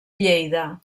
lleida